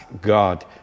God